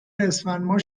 اسفندماه